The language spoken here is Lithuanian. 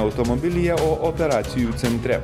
automobilyje o operacijų centre